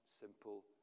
simple